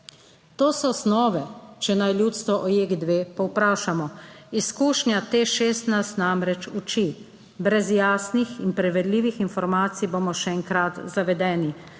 To so osnove, če naj ljudstvo o JEK2 povprašamo. Izkušnja Teš6 nas namreč uči, brez jasnih in preverljivih informacij bomo še enkrat zavedeni.